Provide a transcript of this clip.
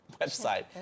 website